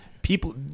People